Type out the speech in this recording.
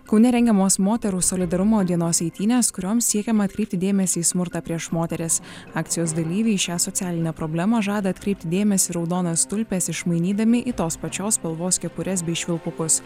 kaune rengiamos moterų solidarumo dienos eitynės kurioms siekiama atkreipti dėmesį į smurtą prieš moteris akcijos dalyviai į šią socialinę problemą žada atkreipti dėmesį raudonas tulpes išmainydami į tos pačios spalvos kepures bei švilpukus